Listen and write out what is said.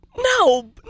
No